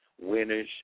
winners